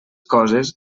coses